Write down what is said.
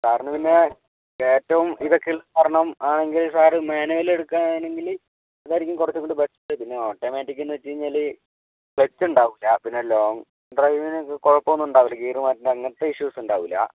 സാറിന് പിന്നെ ഏറ്റവും ഇതൊക്കെ ഉള്ളത് കാരണം ആ എങ്കിൽ സാറ് മാനുവല് എടുക്കുകയാണെങ്കിൽ അതായിരിക്കും കുറച്ചുംകൂടെ ബെറ്ററ് പിന്നെ ഓട്ടോമാറ്റിക്ക് എന്ന് വെച്ചുകഴിഞ്ഞാൽ ക്ലച്ച് ഉണ്ടാവില്ല പിന്നെ ലോങ്ങ് ഡ്രൈവിനൊക്കെ കുഴപ്പം ഒന്നും ഉണ്ടാവില്ല ഗിയറ് മാറ്റുന്നത് അങ്ങനെത്തെ ഇഷ്യൂസ് ഉണ്ടാവില്ല